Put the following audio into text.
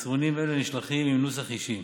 מסרונים אלה נשלחים עם נוסח אישי,